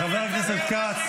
הבן אדם יצא --- חבר הכנסת כץ.